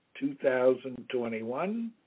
2021